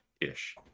ish